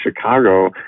Chicago